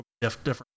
different